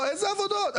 איזה עבודה "נון-סטופ"?